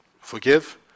Forgive